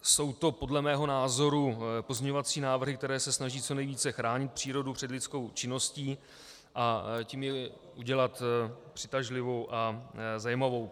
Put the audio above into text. Jsou to podle mého názoru pozměňovací návrhy, které se snaží co nejvíce chránit přírodu před lidskou činností, a tím ji udělat přitažlivou a zajímavou.